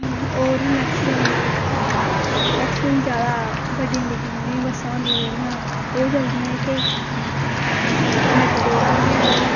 और बी maximum maximum ज्यादा बड़ी बड्डियां वसा होदिंयां जेह्ड़ियां ओह् चलदियां इत्थै मेटाडोरा बी हैन